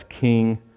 King